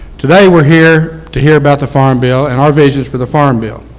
today we are here to hear about the farm bill and our vision for the farm bill.